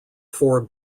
four